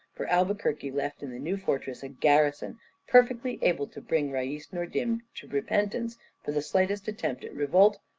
for albuquerque left in the new fortress a garrison perfectly able to bring rais-nordim to repentance for the slightest attempt at revolt,